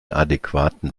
adequaten